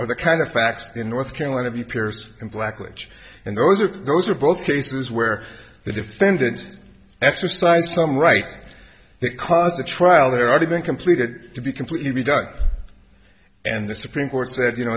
are the kind of facts the north carolina be pierced and black which and those are those are both cases where the defendant exercised some right that caused the trial there already been completed to be completely redone and the supreme court said you know